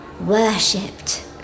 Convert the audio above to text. worshipped